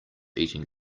eating